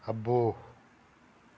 అబ్బో